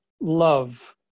love